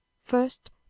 First